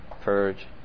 purge